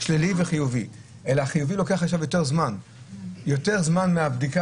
החיובי לוקח עכשיו יותר זמן מהבדיקה